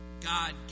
God